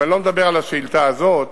ואני לא מדבר על השאילתא הזאת,